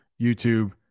youtube